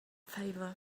favor